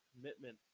commitment